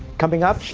coming up,